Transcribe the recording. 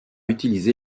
utilisé